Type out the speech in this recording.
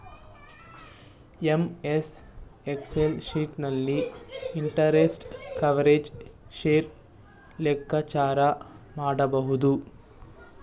MS Excel sheet ನಲ್ಲಿ interest coverage ratio ಲೆಕ್ಕಾಚಾರ ಮಾಡಬಹುದು